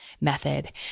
method